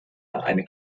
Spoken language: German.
eine